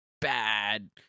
bad